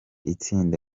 itsinda